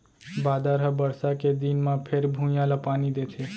बादर ह बरसा के दिन म फेर भुइंया ल पानी देथे